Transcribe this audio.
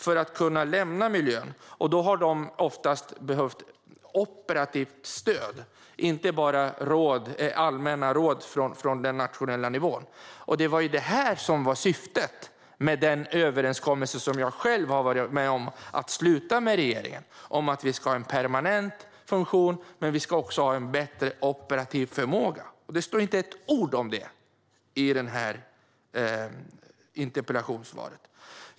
För att kunna lämna denna miljö har dessa oftast behövt operativt stöd - inte bara allmänna råd från den nationella nivån. Det var ju detta som var syftet med den överenskommelse som jag själv var med om att sluta med regeringen om att vi ska ha såväl en permanent funktion som en bättre operativ förmåga. Det står inte ett ord om det i detta interpellationssvar.